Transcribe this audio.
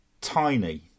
tiny